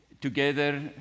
together